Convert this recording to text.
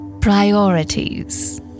priorities